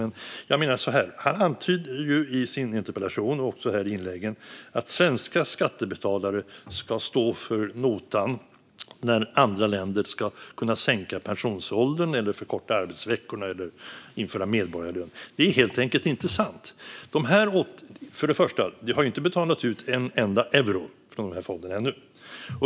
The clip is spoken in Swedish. Men jag menar så här: Tobias Andersson antyder i sin interpellation och också här i inläggen att svenska skattebetalare ska stå för notan när andra länder ska kunna sänka pensionsåldern, förkorta arbetsveckorna eller införa medborgarlön. Men det är helt enkelt inte sant. För det första har det inte betalats ut en enda euro från de här fonderna ännu.